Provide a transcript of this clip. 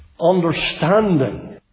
understanding